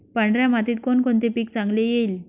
पांढऱ्या मातीत कोणकोणते पीक चांगले येईल?